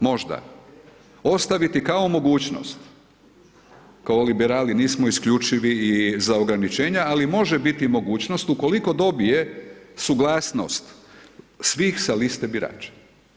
Možda ostaviti kao mogućnost, kao liberali nismo isključivi i za ograničenja, ali može biti mogućnost ukoliko dobije suglasnost svih sa liste birača.